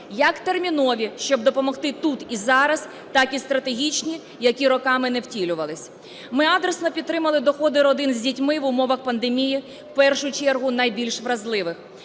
як термінові, щоб допомогти тут і зараз, так і стратегічні, які роками не втілювались. Ми адресно підтримали доходи родин з дітьми в умовах пандемії, в першу чергу найбільш вразливих.